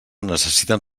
necessiten